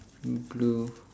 blue